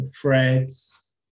threads